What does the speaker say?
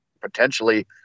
potentially